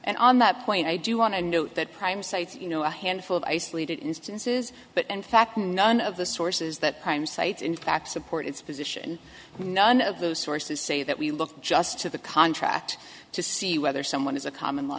and on that point i do want to note that prime cites you know a handful of isolated instances but in fact none of the sources that i'm cite in fact support its position none of those sources say that we look just to the contract to see whether someone is a common law